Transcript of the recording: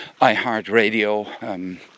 iHeartRadio